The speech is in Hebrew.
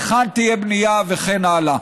היכן תהיה בנייה וכן הלאה.